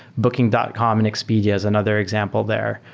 booking dot com and expedia is another example there.